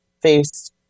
face